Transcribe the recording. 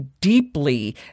deeply